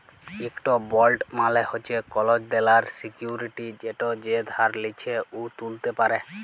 ইকট বল্ড মালে হছে কল দেলার সিক্যুরিটি যেট যে ধার লিছে উ তুলতে পারে